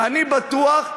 ואני בטוח,